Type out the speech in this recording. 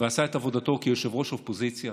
ועשה את עבודתו כיושב-ראש אופוזיציה